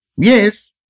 Yes